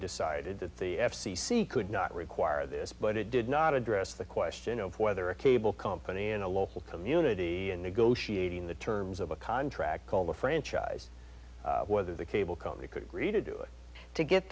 decided that the f c c could not require this but it did not address the question of whether a cable company in a local community in negotiating the terms of a contract called the franchise whether the cable company could agree to do it to get